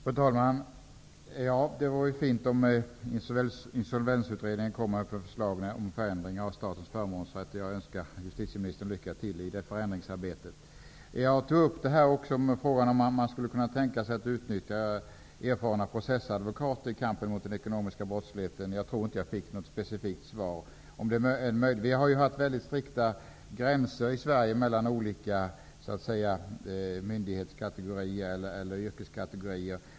Fru talman! Det vore fint om Insolvensutredningen kom med förslag till förändringar av statens förmånsrätt. Jag önskar justitieministern lycka till i det förändringsarbetet. Jag tog också upp frågan om man skulle kunna tänka sig att utnyttja erfarna processadvokater i kampen mot den ekonomiska brottsligheten. Jag fick nog inget specifikt svar på den frågan. Vi har i Sverige mycket strikta gränser mellan olika myndighets och yrkeskategorier.